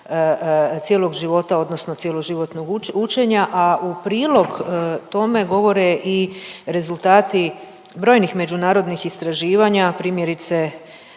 cijelog života odnosno cjeloživotnog učenja, a u prilog tome govore i rezultati brojnih međunarodnih istraživanja, primjerice